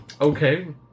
okay